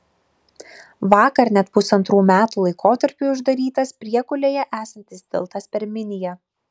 vakar net pusantrų metų laikotarpiui uždarytas priekulėje esantis tiltas per miniją